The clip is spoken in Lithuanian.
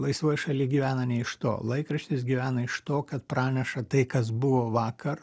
laisvoj šaly gyvena ne iš to laikraštis gyvena iš to kad praneša tai kas buvo vakar